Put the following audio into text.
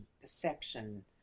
perception